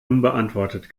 unbeantwortet